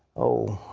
oh,